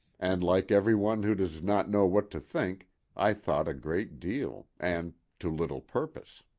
and like every one who does not know what to think i thought a great deal, and to little purpose.